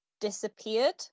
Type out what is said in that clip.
disappeared